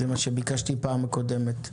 זה מה שביקשתי פעם הקודמת.